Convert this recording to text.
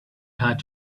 had